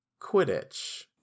quidditch